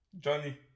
Johnny